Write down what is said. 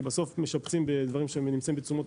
כי בסוף משפצים בדברים שנמצאים בתשומות